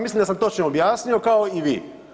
Mislim da sam točno objasnio kao i vi.